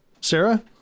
Sarah